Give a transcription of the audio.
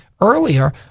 earlier